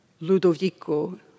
Ludovico